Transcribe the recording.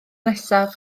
nesa